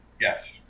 Yes